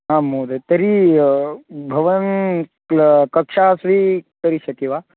आं महोदय तर्हि भवान् कक्षां स्वीकरिष्यति वा